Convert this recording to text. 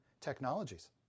technologies